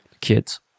kids